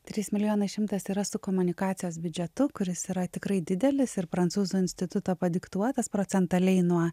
trys milijonai šimtas yra su komunikacijos biudžetu kuris yra tikrai didelis ir prancūzų instituto padiktuotas procentaliai nuo